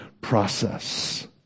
process